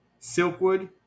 Silkwood